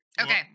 okay